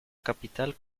capital